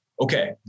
okay